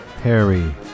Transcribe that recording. Harry